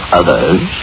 others